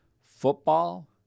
football